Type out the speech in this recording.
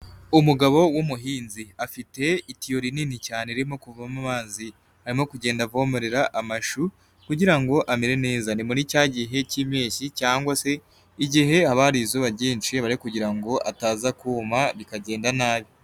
Umugabo w'umuhinzi afite itiyo rinini cyane ririmo kuvamo amazi arimo kugenda avomerera amashu kugira ngo amere neza, ni muri cya gihe cy'impeshyi cyangwa se igihe haba hari izuba ryinshi bari kugira ngo ataza kuma bikagenda nabi.